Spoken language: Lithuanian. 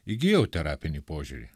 įgijau terapinį požiūrį